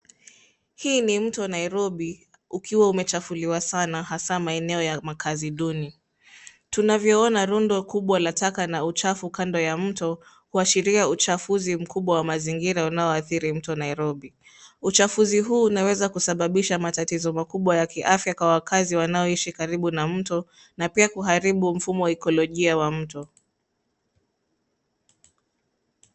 Hii ni mto Nairobi ukiwa umechafuliwa sana hasa maeneo ya makaazi duni. Tunavyoona rundo kubwa la taka na uchafu kando ya mto huashiria uchafuzi mkubwa wa mazingira unaoathiri mto Nairobi. Uchafuzi huu unaweza kusababisha matatizo makubwa ya kiafya kwa wakaazi wanaoishi karibu na mto na pia kuharibu mfumo wa ekolojia wa mto.